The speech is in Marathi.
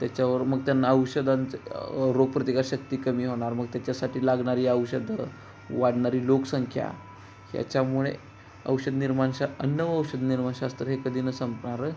त्याच्यावर मग त्यांना औषधांचं रोगप्रतिकार शक्ती कमी होणार मग त्याच्यासाठी लागणारी औषधं वाढणारी लोकसंख्या ह्याच्यामुळे औषध निर्माणशास्त्र अन्न व औषध निर्माणशास्त्र हे कधी न संपणारं